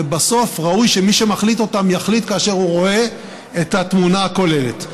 ובסוף ראוי שמי שמחליט אותם יחליט כאשר הוא רואה את התמונה הכוללת.